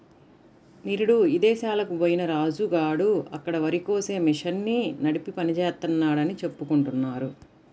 నిరుడు ఇదేశాలకి బొయ్యిన రాజు గాడు అక్కడ వరికోసే మిషన్ని నడిపే పని జేత్తన్నాడని చెప్పుకుంటున్నారు